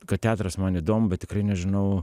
kad teatras man įdomu bet tikrai nežinau